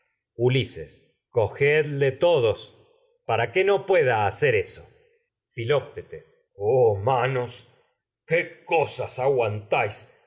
ulises cogedle todos para que no pueda hacer eso filoctetes la oh manos qué que cosas aguantáis